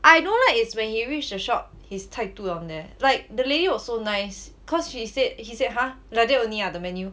I don't like is when he reach the shop his 态度 down there like the lady was so nice cause she said he said !huh! like that only ah the menu